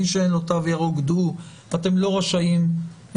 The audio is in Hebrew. מי שאין לו תו ירוק לא רשאי להיכנס,